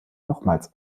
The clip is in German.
nochmals